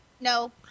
No